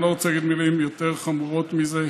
אני לא רוצה להגיד מילים יותר חמורות מזה,